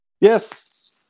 Yes